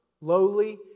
lowly